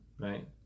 right